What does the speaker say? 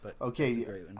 Okay